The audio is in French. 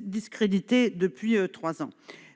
discrédité depuis trois ans.